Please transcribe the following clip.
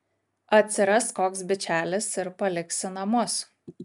atsiras koks bičelis ir paliksi namus